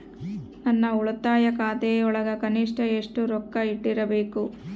ನನ್ನ ಉಳಿತಾಯ ಖಾತೆಯೊಳಗ ಕನಿಷ್ಟ ಎಷ್ಟು ರೊಕ್ಕ ಇಟ್ಟಿರಬೇಕು?